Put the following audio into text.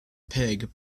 pig